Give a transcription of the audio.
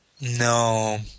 No